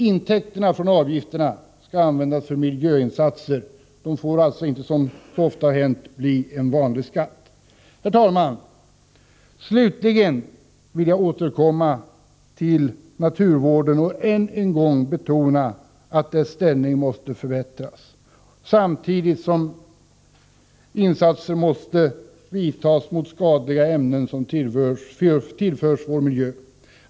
Intäkterna från avgifterna skall användas för miljöinsatser. De får alltså inte, som så ofta har hänt, bli en vanlig skatt. Herr talman! Slutligen vill jag återkomma till naturvården och än en gång betona att dess ställning måste förbättras, samtidigt som åtgärder insätts mot de skadliga ämnen som tillförs vår miljö.